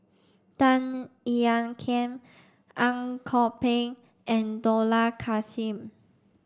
Tan Ean Kiam Ang Kok Peng and Dollah Kassim